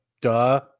duh